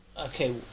okay